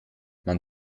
man